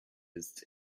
its